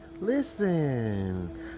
listen